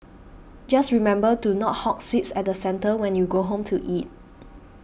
just remember to not hog seats at the centre when you go home to eat